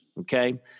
Okay